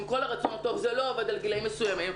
עם כל הרצון הטוב זה לא עבד על גילאים מסוימים,